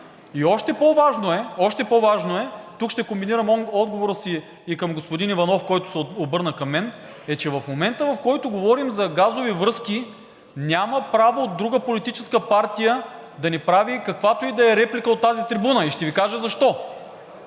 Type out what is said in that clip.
е, още по-важно е, тук ще комбинирам отговора си и към господин Иванов, който се обърна към мен, е, че в момента, в който говорим за газови връзки, няма право друга политическа партия да ни прави каквато и да е реплика от тази трибуна. И ще Ви кажа защо.